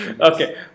Okay